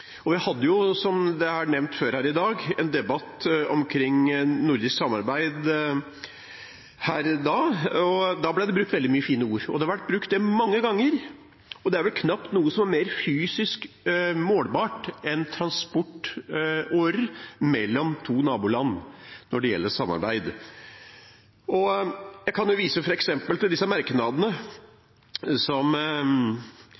det jeg hadde lyst til å ta opp her nå, er egentlig dette med det nordiske samarbeidet, grensekryssende transport. Som nevnt før her i dag hadde vi en debatt omkring nordisk samarbeid her. Da ble det brukt veldig mange fine ord, og det har det vært brukt mange ganger. Det er vel knapt noe som er mer fysisk målbart enn transportårer når det gjelder samarbeid mellom to naboland. Jeg kan f.eks. vise til